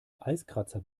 eiskratzer